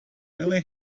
really